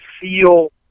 feel